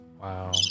Wow